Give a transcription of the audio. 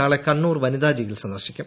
നാളെ കണ്ണൂർ വനിതാ ജയിൽ സന്ദർശിക്കും